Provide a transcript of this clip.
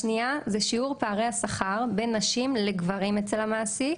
השנייה זה שיעור פערי השכר בין נשים לגברים אצל המעסיק.